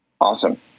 Awesome